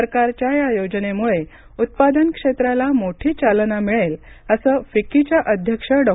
सरकारच्या या योजनेमुळे उत्पादन क्षेत्राला मोठी चालना मिळेल असं फिक्कीचे अध्यक्ष डॉ